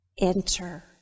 enter